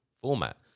format